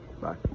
Bye